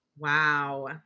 Wow